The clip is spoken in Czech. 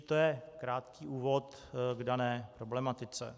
To je krátký úvod k dané problematice.